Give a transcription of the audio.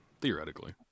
theoretically